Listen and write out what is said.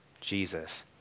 Jesus